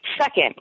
Second